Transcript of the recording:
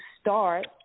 start